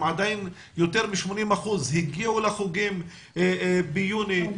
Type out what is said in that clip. יותר מ-80% הגיעו לחוגים ביוני,